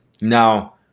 now